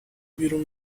بیرون